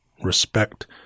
respect